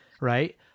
Right